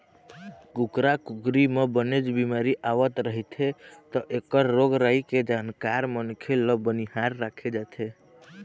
कुकरा कुकरी म बनेच बिमारी आवत रहिथे त एखर रोग राई के जानकार मनखे ल बनिहार राखे जाथे